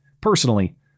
personally